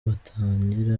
batangira